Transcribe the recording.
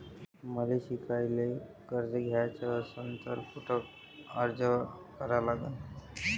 मले शिकायले कर्ज घ्याच असन तर कुठ अर्ज करा लागन?